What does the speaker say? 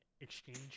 exchange